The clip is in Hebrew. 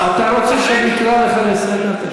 אתה רוצה שאני אקרא אותך לסדר?